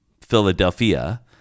philadelphia